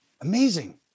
Amazing